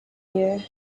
you